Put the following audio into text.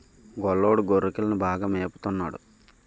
గొల్లోడు గొర్రెకిలని బాగా మేపత న్నాడు